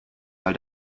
mal